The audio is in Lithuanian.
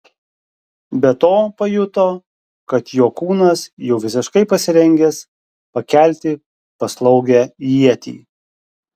be to pajuto kad jo kūnas jau visiškai pasirengęs pakelti paslaugią ietį